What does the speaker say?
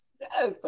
Yes